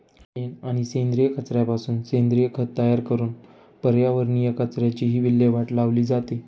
शेण आणि सेंद्रिय कचऱ्यापासून सेंद्रिय खत तयार करून पर्यावरणीय कचऱ्याचीही विल्हेवाट लावली जाते